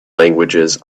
languages